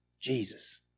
Jesus